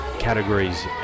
categories